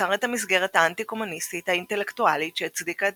יצר את המסגרת האנטי קומוניסטית האינטלקטואלית שהצדיקה את